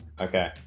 Okay